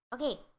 Okay